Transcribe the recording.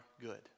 good